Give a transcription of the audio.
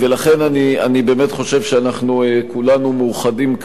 לכן אני באמת חושב שכולנו מאוחדים כאן